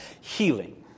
healing